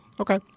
Okay